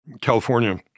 California